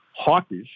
hawkish